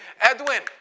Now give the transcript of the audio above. Edwin